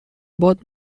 باد